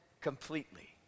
completely